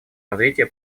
развития